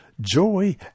joy